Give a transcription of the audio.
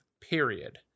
period